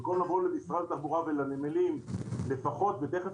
במקום לבוא למשרד התחבורה ולנמלים בנושא המכולות ותיכף